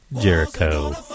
Jericho